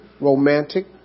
romantic